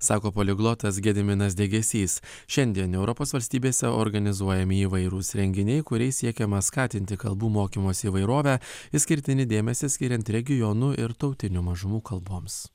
sako poliglotas gediminas degėsys šiandien europos valstybėse organizuojami įvairūs renginiai kuriais siekiama skatinti kalbų mokymosi įvairovę išskirtinį dėmesį skiriant regionų ir tautinių mažumų kalboms